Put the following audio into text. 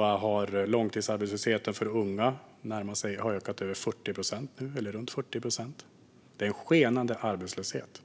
har långtidsarbetslösheten för unga ökat till runt 40 procent. Det är en skenande arbetslöshet.